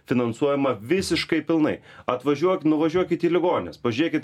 finansuojama visiškai pilnai atvažiuok nuvažiuokit į ligonines pažiūrėkit